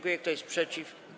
Kto jest przeciw?